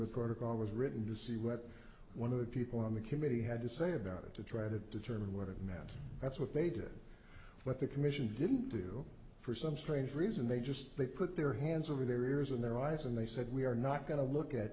the protocol was written to see what one of the people on the committee had to say about it to try to determine what it meant that's what they did what the commission didn't do for some strange reason they just they put their hands over their ears and their eyes and they said we are not going to look at